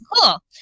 Cool